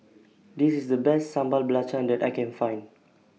This IS The Best Sambal Belacan that I Can Find